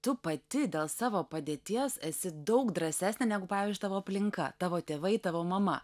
tu pati dėl savo padėties esi daug drąsesnė negu pavyzdžiui tavo aplinka tavo tėvai tavo mama